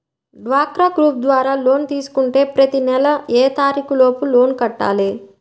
డ్వాక్రా గ్రూప్ ద్వారా లోన్ తీసుకుంటే ప్రతి నెల ఏ తారీకు లోపు లోన్ కట్టాలి?